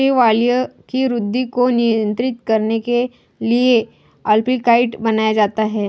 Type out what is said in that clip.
शैवाल की वृद्धि को नियंत्रित करने के लिए अल्बिकाइड बनाया जाता है